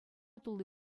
тулли